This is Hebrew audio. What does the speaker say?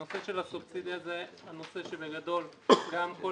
הנושא של הסובסידיה זה הנושא שבגדול גם כל